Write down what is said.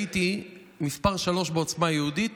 הייתי מספר שלוש בעוצמה יהודית,